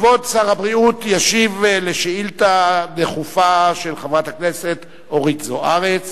כבוד שר הבריאות ישיב על שאילתא דחופה של חברת הכנסת אורית זוארץ